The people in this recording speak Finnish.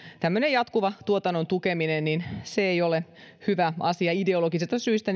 tämmöinen jatkuva tuotannon tukeminen niin kuin sitä on tehty ei ole hyvä asia ideologisista syistä